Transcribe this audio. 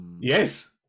Yes